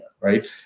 right